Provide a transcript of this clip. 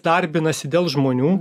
darbinasi dėl žmonių